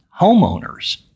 homeowners